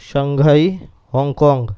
Shanghai Hong Kong